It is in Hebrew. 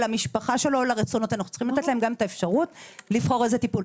אנחנו צריכים לתת להם את האפשרות לבחור איזה טיפול.